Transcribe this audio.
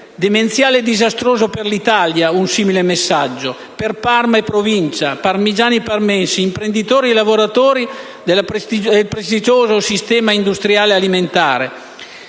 demenziale e disastroso, un simile messaggio, per l'Italia, per Parma e provincia, parmigiani e parmensi, imprenditori e lavoratori del prestigioso sistema industriale alimentare.